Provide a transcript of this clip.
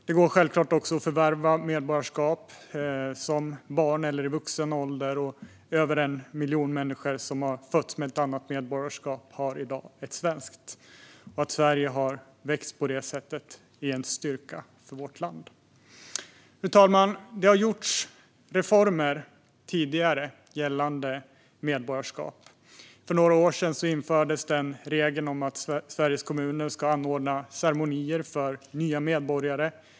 Det går självklart också att förvärva medborgarskap som barn eller i vuxen ålder. Över 1 miljon människor som har fötts med ett annat medborgarskap har i dag ett svenskt sådant. Att Sverige har växt på det sättet är en styrka för vårt land. Fru talman! Det har gjorts reformer tidigare gällande medborgarskap. För några år sedan infördes regeln om att Sveriges kommuner ska anordna ceremonier för nya medborgare.